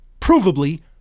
provably